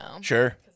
Sure